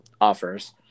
offers